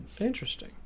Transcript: Interesting